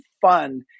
fun